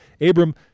Abram